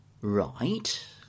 Right